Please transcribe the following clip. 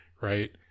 right